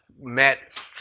met